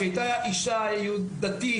שהייתה אישה דתית,